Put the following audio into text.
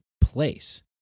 place